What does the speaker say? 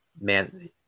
Man